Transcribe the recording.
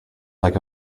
like